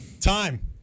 time